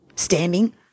Standing